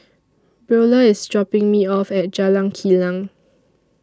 Brielle IS dropping Me off At Jalan Kilang